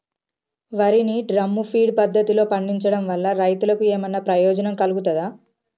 వరి ని drum feed పద్ధతిలో పండించడం వల్ల రైతులకు ఏమన్నా ప్రయోజనం కలుగుతదా?